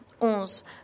Onze